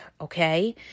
Okay